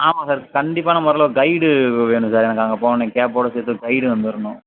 ஆமாம் சார் கண்டிப்பான முறையில் ஒரு கைடு வேணும் சார் எனக்கு அங்கே போனன்னே கேப்போடு சேர்த்து கைடு வந்துடணும்